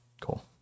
Cool